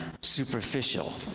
superficial